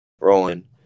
rolling